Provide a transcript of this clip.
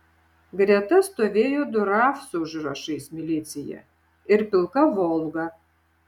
greta stovėjo du raf su užrašais milicija ir pilka volga